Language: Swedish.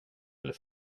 eller